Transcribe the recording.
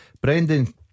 Brendan